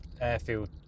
airfield